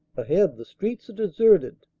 ahead the streets are deserted.